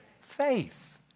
faith